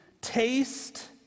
Taste